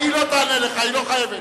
היא לא תענה לך, היא לא חייבת.